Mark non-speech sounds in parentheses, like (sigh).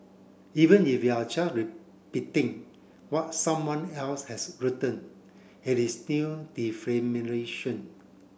even if you are just repeating what someone else has written it is still (unintelligible)